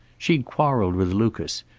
she'd quarreled with lucas.